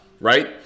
right